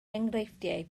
enghreifftiau